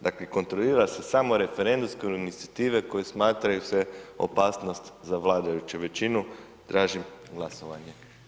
Dakle, kontrolira se samo referendumske inicijative koje smatraju se opasnost za vladajuću većinu, tražim glasovanje.